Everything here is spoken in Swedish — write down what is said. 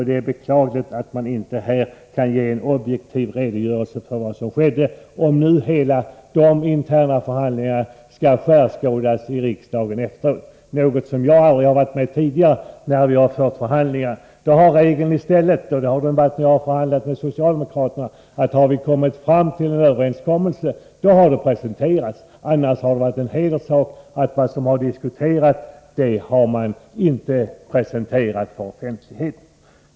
Det är beklagligt att man inte här kan ge en objektiv redogörelse för vad som skedde, om nu de interna förhandlingarna skall skärskådas i riksdagen efteråt — något som jag aldrig tidigare har varit med om när vi har fört förhandlingar. Då har regeln i stället varit — även när vi har förhandlat med socialdemokraterna — att har vi kommit fram till en överenskommelse har den presenterats. Annars har det varit en hederssak att vad som har diskuterats inte har presenterats för offentligheten.